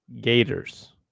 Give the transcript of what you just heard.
Gators